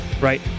Right